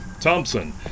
Thompson